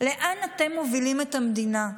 לאן אתם מובילים את המדינה?